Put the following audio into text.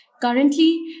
Currently